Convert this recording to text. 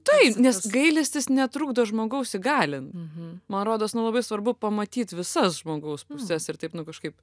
taip nes gailestis netrukdo žmogaus įgalin man rodos nu labai svarbu pamatyt visas žmogaus puses ir taip nu kažkaip